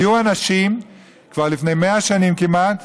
היו אנשים כבר לפני 100 שנים כמעט,